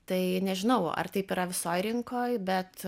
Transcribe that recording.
tai nežinau ar taip yra visoj rinkoj bet